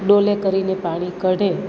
ડોલે કરીને પાણી કાઢે